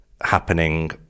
happening